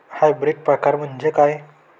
Hybrid प्रकार म्हणजे काय?